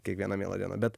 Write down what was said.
kiekvieną mielą dieną bet